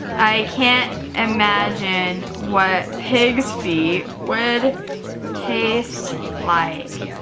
i can't imagine what pigs feet would taste like.